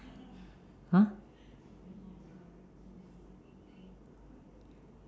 !huh!